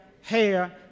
hair